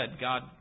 God